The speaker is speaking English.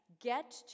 get